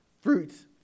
fruits